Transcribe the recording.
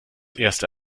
erste